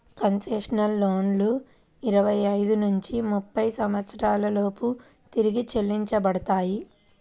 concessional లోన్లు ఇరవై ఐదు నుంచి ముప్పై సంవత్సరాల లోపు తిరిగి చెల్లించబడతాయి